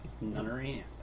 nunnery